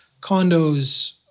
condos